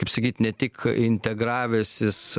kaip sakyt ne tik integravęsis